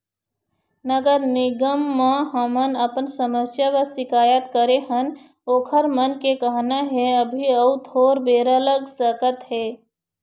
नगर निगम म हमन अपन समस्या बर सिकायत करे हन ओखर मन के कहना हे अभी अउ थोर बेरा लग सकत हे